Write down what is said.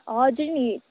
हजुर नि